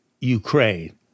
Ukraine